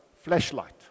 flashlight